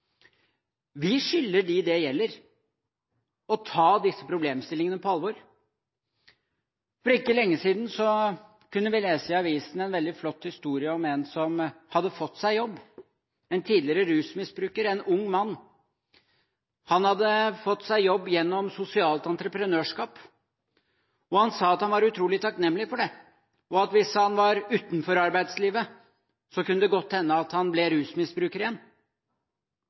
Vi skylder dem det gjelder å ta disse problemstillingene på alvor. For ikke lenge siden kunne vi lese i avisen en veldig flott historie om en tidligere rusmisbruker, en ung mann, som hadde fått seg jobb. Han hadde fått seg jobb gjennom sosialt entreprenørskap. Han sa han var utrolig takknemlig for det, og at hvis han var utenfor arbeidslivet, kunne det godt hende han ble rusmisbruker igjen.